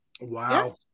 Wow